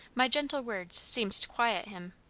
my gentle words seemed to quiet him,